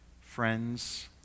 friends